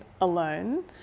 alone